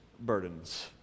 burdens